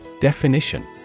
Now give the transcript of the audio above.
Definition